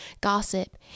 gossip